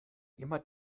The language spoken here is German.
immer